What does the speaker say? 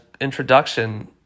introduction